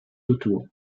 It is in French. autour